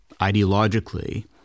ideologically